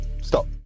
Stop